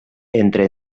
entre